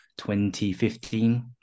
2015